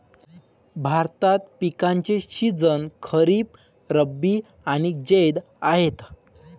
भारतात पिकांचे सीझन खरीप, रब्बी आणि जैद आहेत